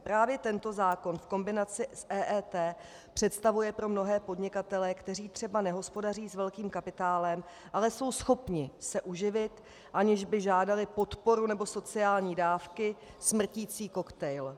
Právě tento zákon v kombinaci s EET představuje pro mnohé podnikatele, kteří třeba nehospodaří s velkým kapitálem, ale jsou schopni se uživit, aniž by žádali podporu nebo sociální dávky, smrticí koktejl.